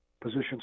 position's